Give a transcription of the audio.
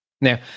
Now